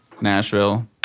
Nashville